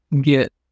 get